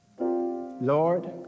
Lord